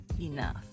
enough